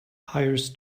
hires